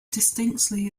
distinctly